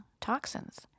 toxins